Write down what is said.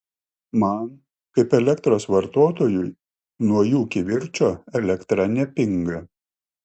man kaip elektros vartotojui nuo jų kivirčo elektra nepinga